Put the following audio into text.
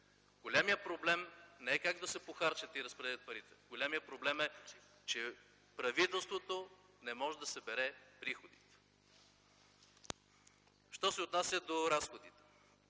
Големият проблем не е как да се похарчат и разпределят парите. Големият проблем е, че правителството не може да събере приходи. Що се отнася до разходите,